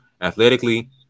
athletically